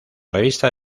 revista